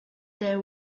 there